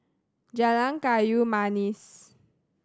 Jalan Kayu Manis